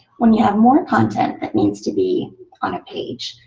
when you have more content that needs to be on a page,